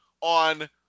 on